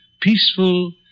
peaceful